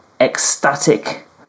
ecstatic